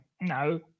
No